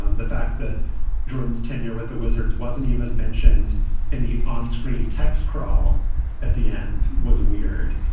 um the fact that jordan's tenure with the wizards wasn't even mentioned in the onscreen text crawl at the end was weird.